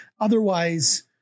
otherwise